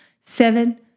seven